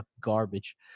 garbage